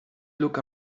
look